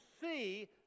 see